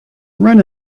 run